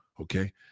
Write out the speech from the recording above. okay